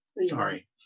Sorry